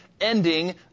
ending